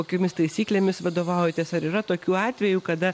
kokiomis taisyklėmis vadovaujatės ar yra tokių atvejų kada